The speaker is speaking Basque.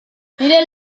lehen